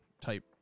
type